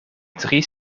drie